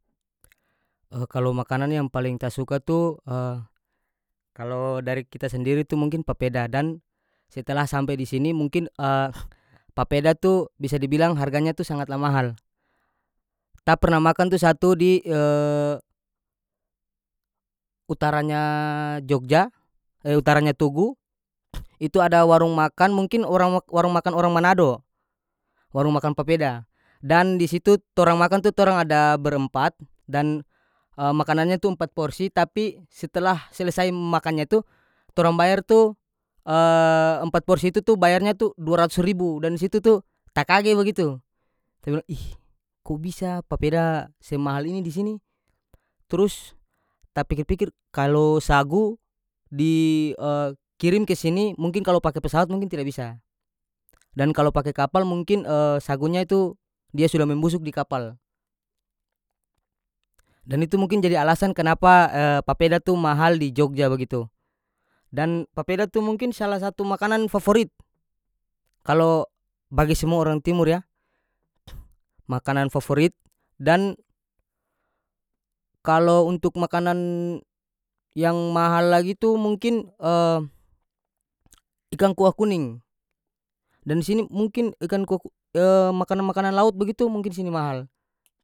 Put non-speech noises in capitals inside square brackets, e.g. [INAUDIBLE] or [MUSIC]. [HESITATION] kalo makanan yang paleng ta suka tu [HESITATION] kalo dari kita sendiri tu mungkin papeda dan setelah smpe di sini mungkin [HESITATION] papeda tu bisa dibilang harganya tu sangatlah mahal ta pernah makan tu satu di [HESITATION] utaranya jogja eh utaranya tugu [NOISE] itu ada warung makan mungkin orang wa- warung makan orang manado warung makan papeda dan di situ torang makan tu torang ada berempat dan [HESITATION] makanannya tu empat porsi tapi setelah selesai makannya itu torang bayar tu [HESITATION] empat porsi itu tu bayarnya tu dua ratus ribu dan di situ tu takage bagitu ta bilang ih ko bisa papeda semahal ini di sini turus ta pikir-pikir kalo sagu di [HESITATION] kirim ke sini mungkin kalo pake pesawat mungkin tida bisa dan kalo pake kapal mungkin [HESITATION] sagunya itu dia suda membusuk di kapal dan itu mungkin jadi alasan kenapa [HESITATION] papeda tu mahal di jogja bagitu dan papeda tu mungkin salah satu makanan favorit kalo bagi semua orang timur ya [NOISE] makanan favorit dan kalo untuk makanan yang mahal lagi tu mungkin [HESITATION] ikang kua kuning dan di sini mungkin ikan ku [HESITATION] makanan-makanan laut bagitu mungkin di sini mahal.